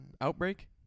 Outbreak